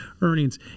earnings